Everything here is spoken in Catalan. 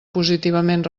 positivament